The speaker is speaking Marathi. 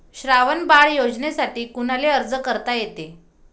श्रावण बाळ योजनेसाठी कुनाले अर्ज करता येते?